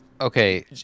Okay